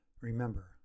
Remember